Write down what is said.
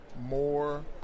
more